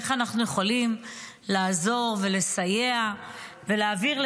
איך אנחנו יכולים לעזור ולסייע ולשים על